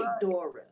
Dora